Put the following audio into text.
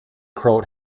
croat